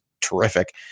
terrific